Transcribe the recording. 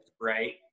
right